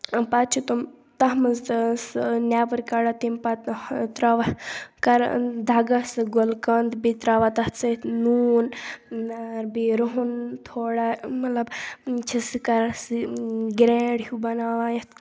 پَتہٕ چھِ تِم تَتھ مَنٛز آ سُہ نیٚبَر کَڈان تَمہِ پَتہِ ترٛاوان کَران دَگان سُہ گُل قَنٛد بیٚیہِ ترٛاوان تَتھ سٍتۍ نوٗن بیٚیہِ روٗہَن تھوڑا مطلب چھِ سُہ کَران سُہ گریٚنٛڈ ہِیٛوٗ بناوان یَتھ